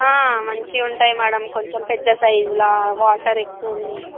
మంచిగా ఉంటాయి మ్యాడమ్ కొంచం పెద్ద సైజులా వాటర్ ఎక్కువ ఉంది